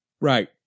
right